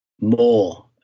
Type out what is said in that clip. more